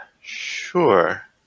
sure